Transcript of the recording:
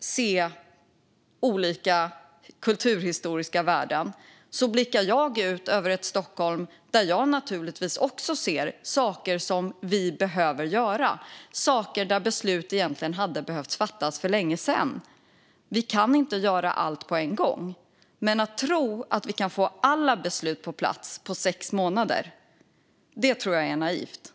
se olika kulturhistoriska värden blickar jag ut över ett Stockholm där jag naturligtvis också ser saker som vi behöver göra, saker där beslut hade behövt fattas för länge sedan. Vi kan inte göra allt på en gång. Men att tro att vi kan få alla beslut på plats på sex månader är naivt.